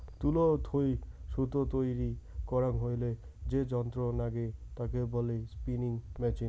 তুলো থুই সুতো তৈরী করাং হইলে যে যন্ত্র নাগে তাকে বলে স্পিনিং মেচিন